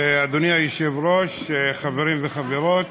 אדוני היושב-ראש, חברים וחברות,